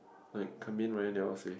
like coming Ryan they all said